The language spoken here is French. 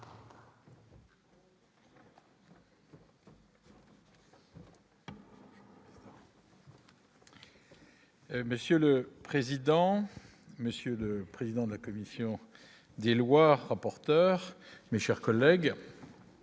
Monsieur le président, Monsieur le président de la commission des lois, rapporteur mais chers collègues